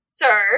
sir